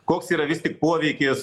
koks yra vis tik poveikis